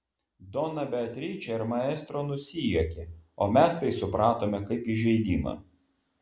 dona beatričė ir maestro nusijuokė o mes tai supratome kaip įžeidimą